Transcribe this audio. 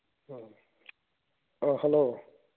ꯑꯥ ꯑꯥ ꯍꯜꯂꯣ